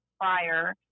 prior